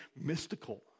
mystical